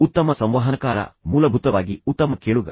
ಉತ್ತಮ ಸಂವಹನಕಾರ ಮೂಲಭೂತವಾಗಿ ಉತ್ತಮ ಕೇಳುಗ